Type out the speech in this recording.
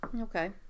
Okay